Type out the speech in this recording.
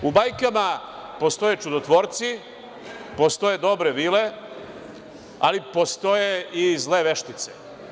U bajkama postoje čudotvorci, postoje dobre vile, ali postoje i zle veštice.